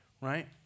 right